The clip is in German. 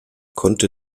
konnte